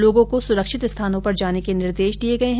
लोगों को सुरक्षित स्थानों पर जाने के निर्देश दिये गये हैं